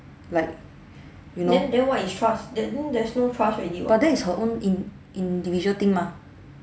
like you know but that his her own in~ individual thing mah